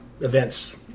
events